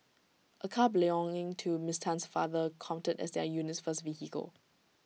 A car belonging to miss Tan's father counted as their unit's first vehicle